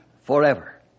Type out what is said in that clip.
forever